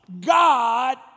God